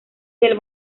del